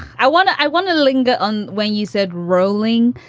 i want to. i want to linger on. when you said rolling,